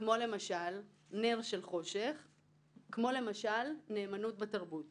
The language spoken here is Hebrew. מחמירים מאלה שנקבעו בחוק הנכבה כאשר דווקא ביחס למוסדות התרבות